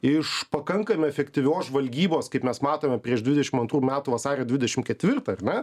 iš pakankamai efektyvios žvalgybos kaip mes matome prieš dvidešim antrų metų vasario dvidešim ketvirtą ar ne